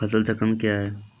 फसल चक्रण कया हैं?